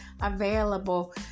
available